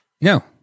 No